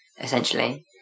essentially